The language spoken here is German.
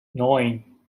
neun